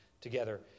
together